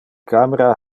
camera